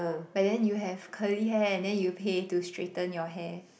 but then you have curly hair and then you pay to straighten your hair